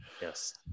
Yes